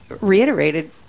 reiterated